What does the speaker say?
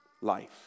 life